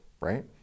right